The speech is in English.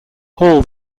hall